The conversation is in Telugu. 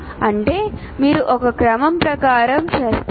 అంటే మీరు ఒక క్రమం ప్రకారం చేస్తారు